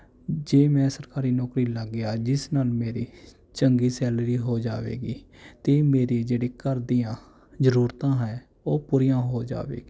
ਜੇ ਮੈਂ ਸਰਕਾਰੀ ਨੌਕਰੀ ਲੱਗ ਗਿਆ ਜਿਸ ਨਾਲ ਮੇਰੀ ਚੰਗੀ ਸੈਲਰੀ ਹੋ ਜਾਵੇਗੀ ਅਤੇ ਇਹ ਮੇਰੀ ਜਿਹੜੀ ਘਰ ਦੀਆਂ ਜ਼ਰੂਰਤਾਂ ਹੈ ਉਹ ਪੂਰੀਆਂ ਹੋ ਜਾਵੇ